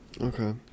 Okay